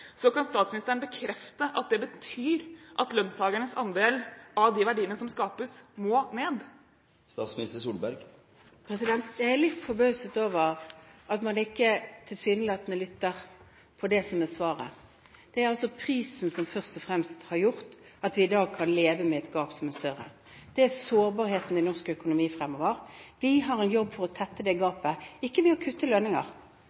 Kan statsministeren bekrefte at det betyr at lønnstakernes andel av de verdiene som skapes, må ned? Jeg er litt forbauset over at man tilsynelatende ikke lytter til det som er svaret. Det er altså prisen som først og fremst har gjort at vi i dag kan leve med et gap som er større, det er sårbarheten i norsk økonomi fremover. Vi har en jobb å gjøre for å tette dette gapet – ikke ved å kutte lønninger,